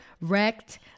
wrecked